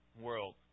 world